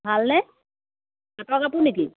ভাল নে পাটৰ কাপোৰ নেকি